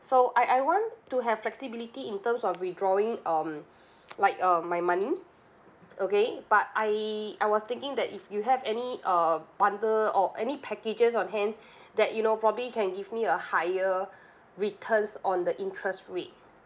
so I I want to have flexibility in terms of withdrawing um like um my money okay but I I was thinking that if you have any uh bundle or any packages on hand that you know probably can give me a higher returns on the interest rate